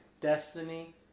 Destiny